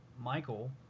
Michael